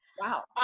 Wow